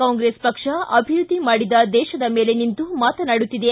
ಕಾಂಗ್ರೆಸ್ ಪಕ್ಷ ಅಭಿವೃದ್ಧಿ ಮಾಡಿದ ದೇಶದ ಮೇಲೆ ನಿಂತು ಮಾತನಾಡುತ್ತಿದೆ